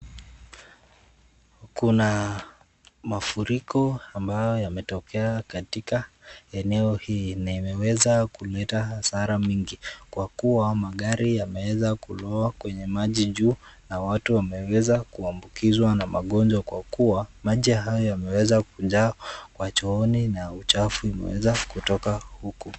Kuna mafuriko ambayo yametokea katika eneo hii, na imeweza kuleta hasara mingi, kwa kuwa magari yameweza kulowa kwenye maji juu, na watu wameweza kuambukizwa na magonjwa kwa kuwa maji hayo yameweza kujaa kwa chooni, na uchafu imeweza kutoka huku.